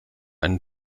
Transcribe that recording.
einen